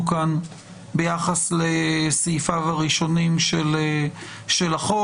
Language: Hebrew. כאן ביחס לסעיפיו הראשונים של החוק.